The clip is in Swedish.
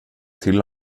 till